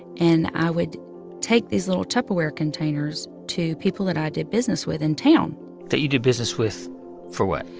and i would take these little tupperware containers to people that i did business with in town that you did business with for what?